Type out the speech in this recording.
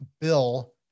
Bill